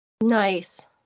Nice